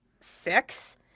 six